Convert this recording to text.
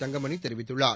தங்கமணி தெரிவித்துள்ளார்